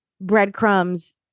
breadcrumbs